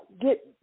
get